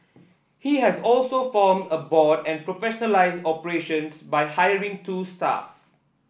he has also formed a board and professionalised operations by hiring two staff